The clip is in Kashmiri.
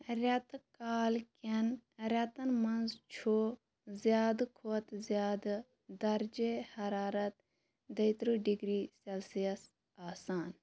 رٮ۪تہٕ کالہٕ کٮ۪ن رٮ۪تن منٛز چھُ زیادٕ کھۅتہٕ زیادٕ درجہِ حرارت دۄیہِ ترٕٛہ ڈِگری سیٚلسِیَس آسان